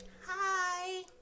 Hi